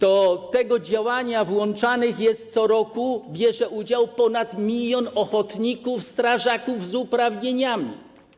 Do tych działań włączanych jest co roku, bierze w nich udział, ponad milion ochotników strażaków z uprawnieniami.